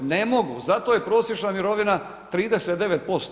Ne mogu, zato je prosječna mirovina 39%